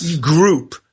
group